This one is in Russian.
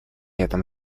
этом